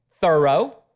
thorough